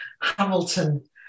Hamilton